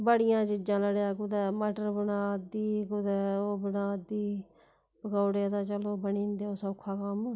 बड़ियां चीजां न अड़ेआ कुदै मटर बना दी कुदै ओह् बना दी पकोड़े तां चलो बनी जंदे ओह् सौक्खा कम्म